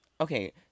Okay